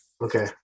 Okay